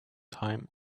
time